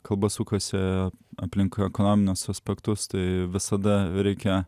kalba sukasi aplink ekonominius aspektus tai visada reikia